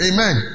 Amen